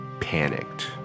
panicked